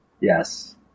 Yes